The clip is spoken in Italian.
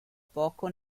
poco